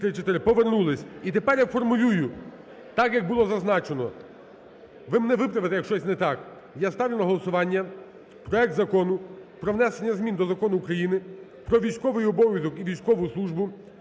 Ви мене виправите, якщо щось не так. Я ставлю на голосування проект Закону про внесення змін до Закону України "Про військовий обов'язок і військову службу"